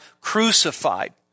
crucified